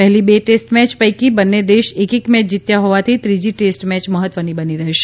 પહેલી બે test match પૈકી બંન્ને દેશ એક એક મેચ જીત્યા હોવાથી ત્રીજી ટેસ્ટ મેચ મહત્વની બની રહેશે